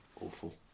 awful